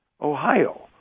Ohio